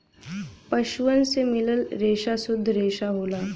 पसुअन से मिलल रेसा सुद्ध रेसा होला